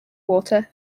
water